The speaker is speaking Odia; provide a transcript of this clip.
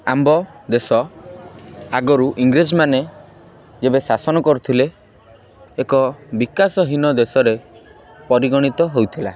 ଆମ୍ଭ ଦେଶ ଆଗରୁ ଇଂରେଜମାନେ ଯେବେ ଶାସନ କରୁଥିଲେ ଏକ ବିକାଶହୀନ ଦେଶରେ ପରିଗଣିତ ହୋଇଥିଲା